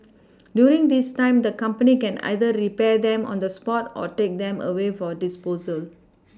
during this time the company can either repair them on the spot or take them away for disposal